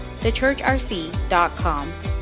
thechurchrc.com